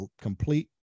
complete